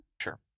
Sure